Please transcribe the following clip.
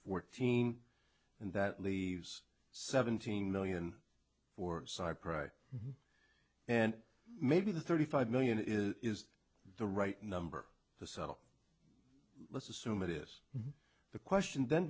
fourteen and that leaves seventeen million for cypre and maybe the thirty five million is the right number to settle let's assume it is the question then